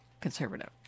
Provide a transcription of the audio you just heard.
conservative